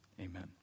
amen